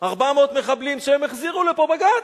400 מחבלים שהם החזירו לפה, בג"ץ.